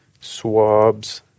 swabs